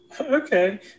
Okay